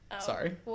sorry